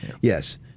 Yes